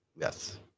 Yes